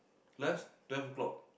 lunch twelve o-clock